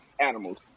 animals